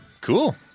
Cool